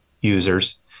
users